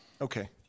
Okay